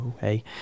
Hey